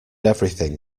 everything